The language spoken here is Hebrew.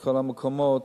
מכל המקומות,